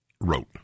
wrote